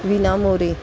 विना मोरे